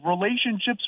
relationships